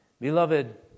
Beloved